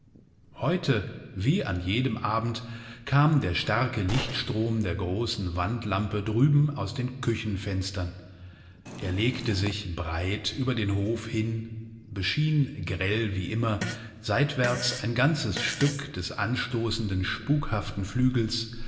heute wie an jedem abend kam der starke lichtstrom der großen wandlampe drüben aus den küchenfenstern er legte sich breit über den hof hin beschien grell wie immer seitwärts ein ganzes stück des anstoßenden spukhaften flügels